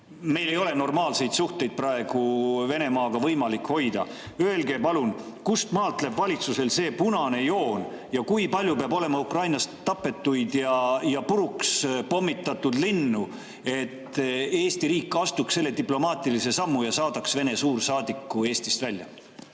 Meil ei ole praegu normaalseid suhteid Venemaaga võimalik hoida. Öelge palun, kustmaalt läheb valitsusel punane joon, kui palju peab olema Ukrainas tapetud [inimesi] ja purukspommitatud linnu, et Eesti riik astuks selle diplomaatilise sammu ja saadaks Vene suursaadiku Eestist välja.